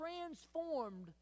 transformed